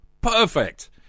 Perfect